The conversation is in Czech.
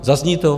Zazní to?